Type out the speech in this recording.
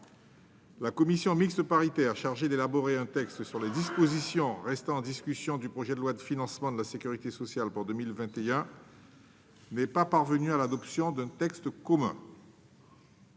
la commission mixte paritaire chargée d'élaborer un texte sur les dispositions restant en discussion du projet de loi de financement de la sécurité sociale pour 2021 n'est pas parvenue à l'adoption d'un texte commun.